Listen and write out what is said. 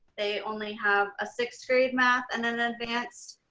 they only have a sixth grade math and then advanced,